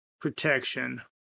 protection